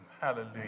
Hallelujah